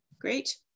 Great